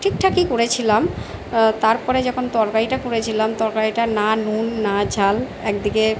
ঠিকঠাকই করেছিলাম তারপরে যখন তরকারিটা করেছিলাম তরকারিটা না নুন না ঝাল একদিকে